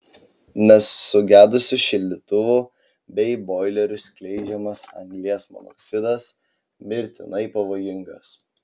nes sugedusių šildytuvų bei boilerių skleidžiamas anglies monoksidas mirtinai pavojingas